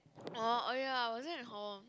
oh oh ya I wasn't in hall